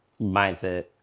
mindset